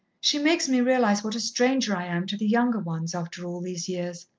she makes me realize what a stranger i am to the younger ones, after all these years.